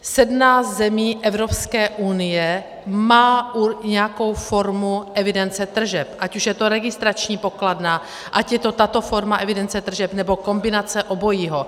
Sedmnáct zemí Evropské unie má nějakou formu evidence tržeb, ať už je to registrační pokladna, ať je to tato forma evidence tržeb, nebo kombinace obojího.